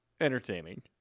entertaining